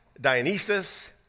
Dionysus